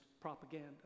propaganda